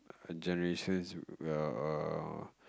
generations err